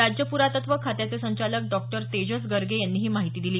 राज्य प्रातत्व खात्याचे संचालक डॉ तेजस गर्गे यांनी ही माहिती दिली